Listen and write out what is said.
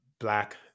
Black